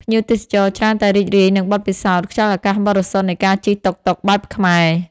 ភ្ញៀវទេសចរច្រើនតែរីករាយនឹងបទពិសោធន៍ខ្យល់អាកាសបរិសុទ្ធនៃការជិះតុកតុកបែបខ្មែរ។